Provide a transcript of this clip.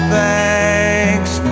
thanks